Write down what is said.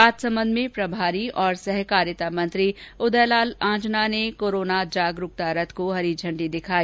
राजसमन्द में प्रभारी और सहकारिता मंत्री उदयलाल आंजना ने कोरोना जागरूकता रथ को हरी झंडी दिखाई